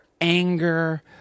anger